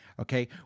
Okay